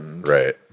Right